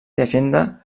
llegenda